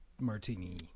martini